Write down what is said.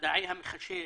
מדעי המחשב,